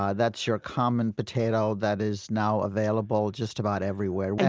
ah that's your common potato that is now available just about everywhere.